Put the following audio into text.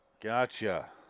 gotcha